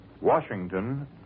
Washington